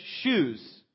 shoes